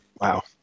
Wow